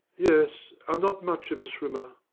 yes i'm not much of a swimmer.